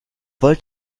wollt